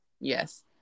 Yes